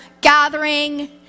gathering